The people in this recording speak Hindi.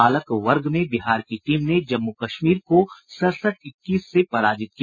बालक वर्ग में बिहार की टीम ने जम्मू कश्मीर को सड़सठ इक्कीस से पराजित किया